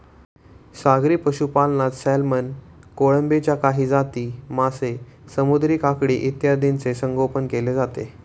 सागरी पशुपालनात सॅल्मन, कोळंबीच्या काही जाती, मासे, समुद्री काकडी इत्यादींचे संगोपन केले जाते